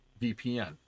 VPN